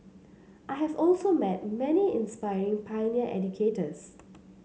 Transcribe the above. I have also met many inspiring pioneer educators